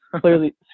clearly